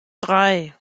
drei